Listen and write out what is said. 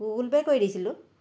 Google pay কৰি দিছিলোঁ